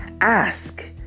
ask